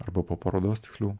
arba po parodos tiksliau